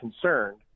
concerned